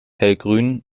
hellgrün